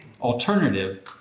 alternative